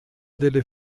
delle